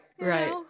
Right